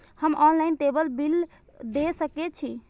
हम ऑनलाईनटेबल बील दे सके छी?